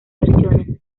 versiones